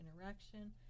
interaction